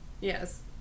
yes